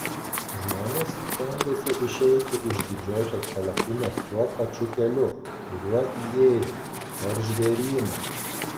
žmonės stengiasi išeiti iš didžiosios palapinės tuo pačiu keliu kuriuo įėjo per žvėryną